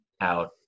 out